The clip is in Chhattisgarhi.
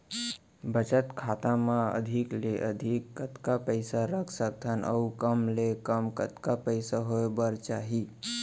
बचत खाता मा अधिक ले अधिक कतका पइसा रख सकथन अऊ कम ले कम कतका पइसा होय बर चाही?